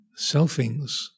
selfings